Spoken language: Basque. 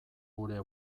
gure